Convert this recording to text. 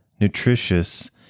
nutritious